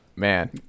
Man